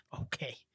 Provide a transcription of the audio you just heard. Okay